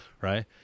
right